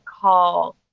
call